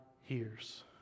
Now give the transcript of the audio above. hears